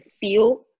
feel